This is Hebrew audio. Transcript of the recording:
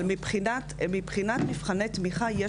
אבל מבחינת מבחני תמיכה,